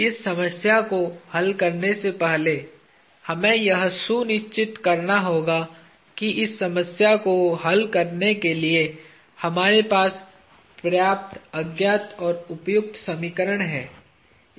इस समस्या को हल करने से पहले हमें यह सुनिश्चित करना होगा कि इस समस्या को हल करने के लिए हमारे पास पर्याप्त अज्ञात और उपयुक्त समीकरण हैं